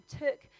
took